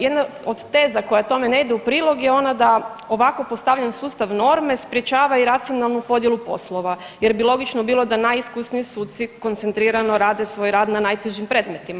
Jedna od teza koja tome ne ide u prilog je ona da ovako postavljen sustav norme sprječava i racionalnu podjelu poslova, jer bi logično bilo da najiskusniji suci koncentrirano rade svoj rad na najtežim predmetima.